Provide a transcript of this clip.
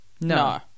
No